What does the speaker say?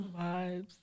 vibes